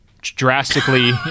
drastically